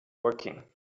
working